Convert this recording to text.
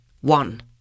One